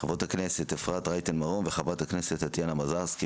חברת הכנסת אפרת רייטן מרום וחברת הכנסת טטיאנה מזרסקי.